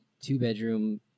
two-bedroom